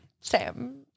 Sam